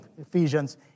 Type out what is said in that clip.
Ephesians